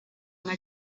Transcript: nka